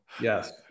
Yes